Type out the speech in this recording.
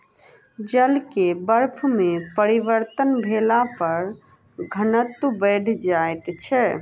जल के बर्फ में परिवर्तन भेला पर घनत्व बैढ़ जाइत छै